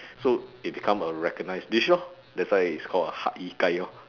so it become a recognized dish lor that's why it's called hak-yi-kai lor